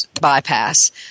bypass